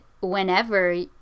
whenever